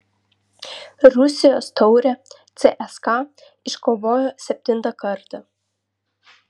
rusijos taurę cska iškovojo septintą kartą